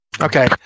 Okay